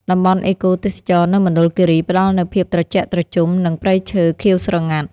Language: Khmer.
តំបន់អេកូទេសចរណ៍នៅមណ្ឌលគិរីផ្ដល់នូវភាពត្រជាក់ត្រជុំ និងព្រៃឈើខៀវស្រងាត់។